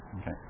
Okay